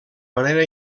manera